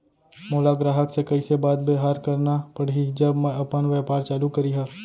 मोला ग्राहक से कइसे बात बेवहार करना पड़ही जब मैं अपन व्यापार चालू करिहा?